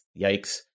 Yikes